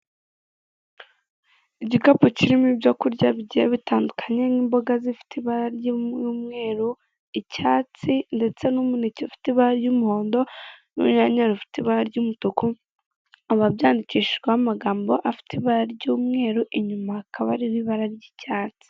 Igikapu kirimo ibyo kurya bigiye bitandukanye nk'imboga zifite ibara ry'umweru, icyatsi ndetse n'icyatsi ndetse n'umuneke ufite ibara ry'umuhondo n'urunyanya rufite ibara ry'umutuku, bikaba byandikishije ibara ry'umweru inyuma hakaba hari ibara ry'icyatsi.